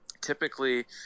typically